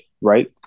right